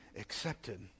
accepted